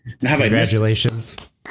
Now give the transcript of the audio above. Congratulations